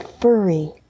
furry